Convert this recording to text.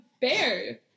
bear